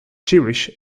jewish